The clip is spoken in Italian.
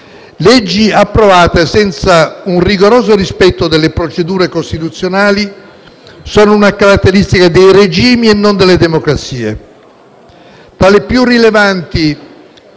Leggi approvate senza un rigoroso rispetto delle procedure costituzionali sono una caratteristica dei regimi, non delle democrazie.